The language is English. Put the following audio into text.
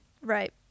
Right